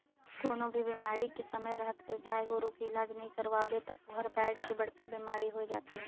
कोनों भी बेमारी के समे रहत ले गाय गोरु के इलाज नइ करवाबे त ओहर बायढ़ के बड़खा बेमारी होय जाथे